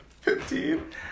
Fifteen